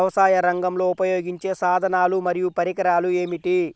వ్యవసాయరంగంలో ఉపయోగించే సాధనాలు మరియు పరికరాలు ఏమిటీ?